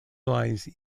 lies